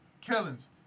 killings